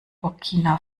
burkina